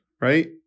right